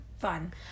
fun